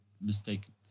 mistaken